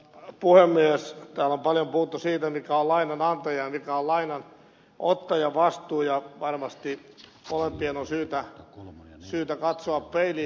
täällä on paljon puhuttu siitä mikä on lainanantajan ja mikä on lainanottajan vastuu ja varmasti molempien on syytä katsoa peiliin